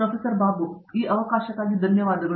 professor Babu Vishwanath ಈ ಅವಕಾಶಕ್ಕಾಗಿ ಧನ್ಯವಾದಗಳು